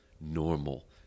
normal